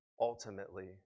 ultimately